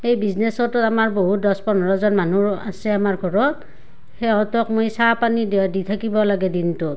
এই বিজনেছতো আমাৰ বহুত দহ পোন্ধৰজন মানুহ আছে আমাৰ ঘৰত সিহঁতক মই চাহ পানী দি থাকিব লাগে দিনটোত